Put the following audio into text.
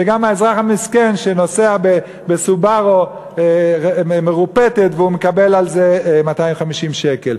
וגם האזרח המסכן שנוסע ב"סובארו" מרופטת מקבל על זה 250 שקל,